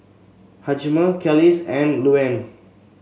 Hjalmer Kelis and Luanne